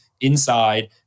inside